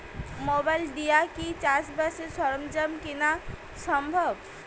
Mobile দিয়া কি চাষবাসের সরঞ্জাম কিনা সম্ভব?